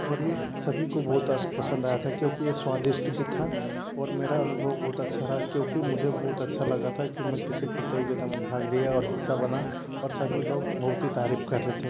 और यह सभी को बहुत अस पसंद आया था क्योंकि यह स्वादिष्ट भी था और मेरा अनुभव बहुत अच्छा रहा क्योंकि मुझे बहुत लगा था कि मैं किसी प्रतियोगिता में भाग लिया और हिस्सा बना और सभी लोग बहुत ही तारीफ़ कर रहे थे